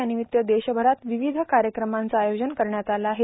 यानिमित्त देशभरात विविध कार्यक्रमांचं आयोजन करण्यात आलं आहे